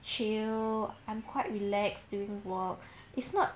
chill I'm quite relax during work it's not